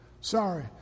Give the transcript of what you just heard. Sorry